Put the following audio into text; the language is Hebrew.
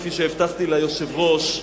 כפי שהבטחתי ליושב-ראש,